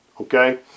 Okay